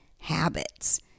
habits